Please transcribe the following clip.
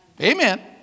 Amen